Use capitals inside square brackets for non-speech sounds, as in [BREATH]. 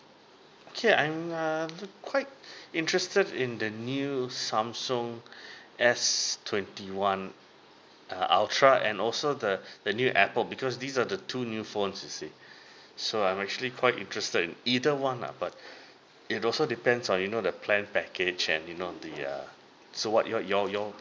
okay I'm err quite interested in the new samsung [BREATH] S twenty one uh ultra and also the the new apple because these are the two new phone you see so I'm actually quite interested in either one lah but it also depends on you know the plan package and you know the uh so what your your your